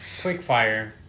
Quickfire